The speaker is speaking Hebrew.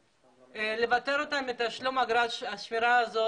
לוותר להם מתשלום אגרת השמירה הזו